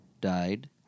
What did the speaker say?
died